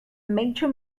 major